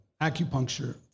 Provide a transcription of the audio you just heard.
acupuncture